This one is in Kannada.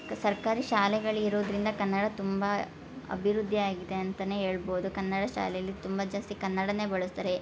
ಸರ್ಕಾರಿ ಶಾಲೆಗಳು ಇರೋದರಿಂದ ಕನ್ನಡ ತುಂಬ ಅಭಿವೃದ್ಧಿ ಆಗಿದೆ ಅಂತಲೇ ಹೇಳ್ಬೋದು ಕನ್ನಡ ಶಾಲೆಯಲ್ಲಿ ತುಂಬ ಜಾಸ್ತಿ ಕನ್ನಡನೇ ಬಳಸ್ತಾರೆ